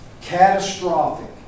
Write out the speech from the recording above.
catastrophic